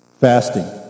Fasting